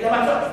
למה לא,